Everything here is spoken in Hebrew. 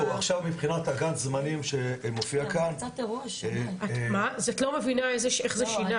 עכשיו מבחינת לוח הזמנים שמופיע כאן --- אז את לא מבינה איך זה שינה.